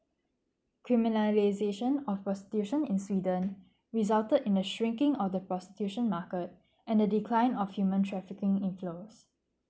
criminalisation of prostitution in sweden resulted in a shrinking of the prostitution market and the decline of human trafficking inflows